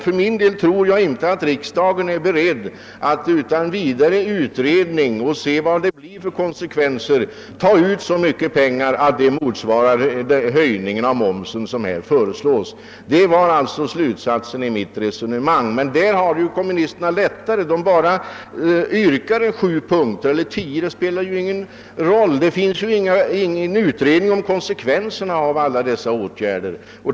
För min del tror jag alltså inte att riksdagen utan en utredning som visar vad det blir för konsekvenser, är beredd att på dessa vägar ta ut så mycket pengar, att det motsvarar den höjning av momsen som nu föreslås. Detta var slutsatsen i mitt resonemang. Men i det avseendet har kommunisterna det littare. Ni kan bara framlägga förslag i sju eller tio punkter; det spelar ingen roll att det inte finns någon utredning om konsekvenserna av era förslag.